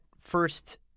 first